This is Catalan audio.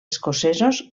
escocesos